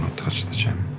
touched the gem.